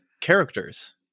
characters